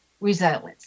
resilience